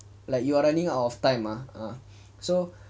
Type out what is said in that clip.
like you are running out of time ah so